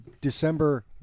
December